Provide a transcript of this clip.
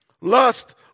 Lust